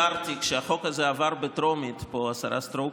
כשהחוק הזה עבר בטרומית פה, השרה סטרוק,